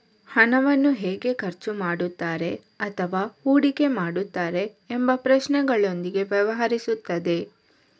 ಹಣವನ್ನು ಹೇಗೆ ಖರ್ಚು ಮಾಡುತ್ತಾರೆ ಅಥವಾ ಹೂಡಿಕೆ ಮಾಡುತ್ತಾರೆ ಎಂಬ ಪ್ರಶ್ನೆಗಳೊಂದಿಗೆ ವ್ಯವಹರಿಸುತ್ತದೆ